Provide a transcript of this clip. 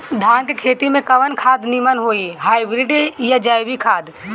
धान के खेती में कवन खाद नीमन होई हाइब्रिड या जैविक खाद?